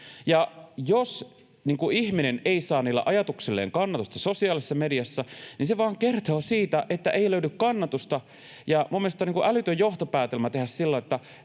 jos ihminen ei saa niille ajatuksilleen kannatusta sosiaalisessa mediassa, niin se vain kertoo siitä, että ei löydy kannatusta. Minun mielestäni on älytön johtopäätelmä tehdä sillä